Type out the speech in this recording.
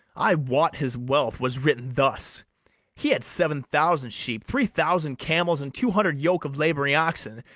i wot his wealth was written thus he had seven thousand sheep, three thousand camels, and two hundred yoke of labouring oxen,